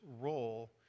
role